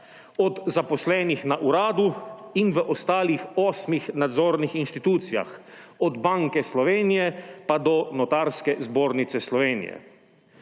od zaposlenih na uradu in v ostalih osmih nadzornih inštitucijah, od Banke Slovenije pa do Notarske zbornice Slovenije.